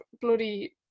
bloody